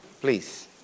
Please